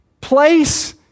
place